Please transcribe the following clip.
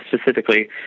specifically